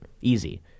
easy